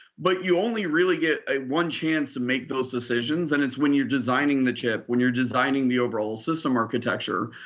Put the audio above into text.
but you only really get one chance to make those decisions and it's when you're designing the chip, when you're designing the overall system architecture.